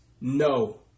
No